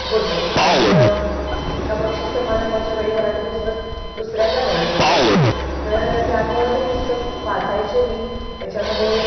होतं आणि एका बक्षीस समारंभाच्या वेळी मला ते पुस्तक दुसऱ्यांदा मिळालं होतं तर त्यामुळं ते पुस्तक वाचायचे मी त्याच्यामध्ये